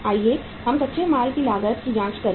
आइए हम कच्चे माल की लागत की जांच करें